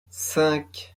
cinq